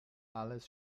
alles